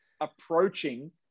approaching